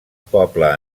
poble